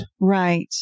Right